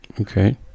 Okay